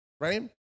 Right